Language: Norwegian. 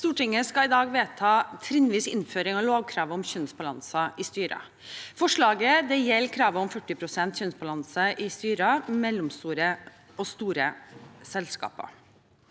Stortinget skal i dag vedta trinnvis innføring av lovkravet om kjønnsbalanse i styrer. Forslaget gjelder kravet om 40 pst. kjønnsbalanse i styrer for mellomstore og store selskaper.